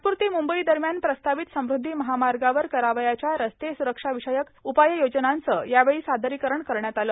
नागपूर ते मुंबई दरम्यान प्रस्तावित समुद्धी महामार्गावर करावयाच्या रस्ते स्ररक्षाविषयक उपाययोजनांचं यावेळी सादरीकरण करण्यात आलं